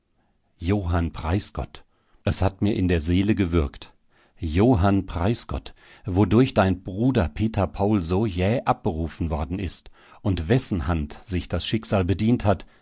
johann preisgott es hat mir in der seele gewürgt johann preisgott wodurch dein bruder peter paul so jäh abberufen worden ist und wessen hand sich das schicksal bedient hat